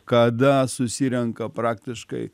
kada susirenka praktiškai